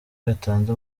yatanze